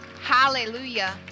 Hallelujah